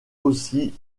aussi